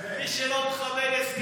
מי שלא מכבד הסכמים,